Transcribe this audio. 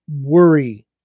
worry